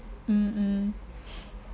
um